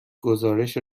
گزارش